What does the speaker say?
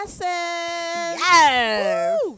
Yes